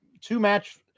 two-match